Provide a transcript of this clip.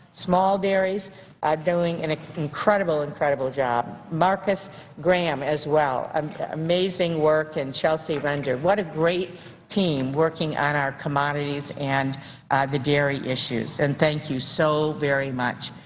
small dairies um doing and ah an incredible job. marcus graham as well. um amazing work and chelsea render. what a great team working on our commodities and the dairy issues. and thank you so very much.